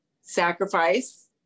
sacrifice